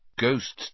Ghosts